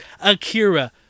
Akira